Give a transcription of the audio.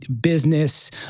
business